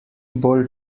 bolj